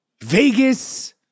Vegas